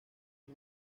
que